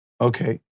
Okay